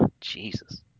Jesus